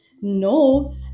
no